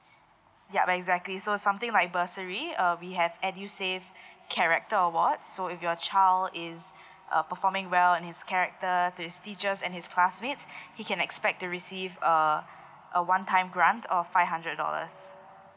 yup exactly so something like bursary uh we have edusave character awards so if your child is uh performing well in his character to his teachers and his classmates he can expect to receive err a one time grant of five hundred dollars